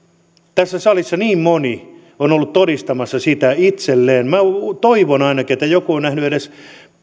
tässä salissa niin moni on ollut todistamassa sitä itselleen minä toivon ainakin että joku on nähnyt edes